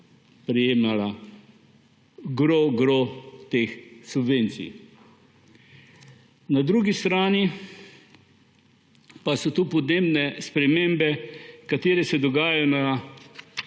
prejemala gros gros teh subvencij. Na drugi strani pa so tu podnebne spremembe, ki se nam dogajajo